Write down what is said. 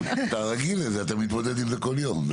אתה רגיל לזה, אתה מתמודד עם זה כל יום.